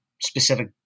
specific